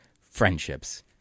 friendships